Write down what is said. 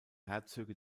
herzöge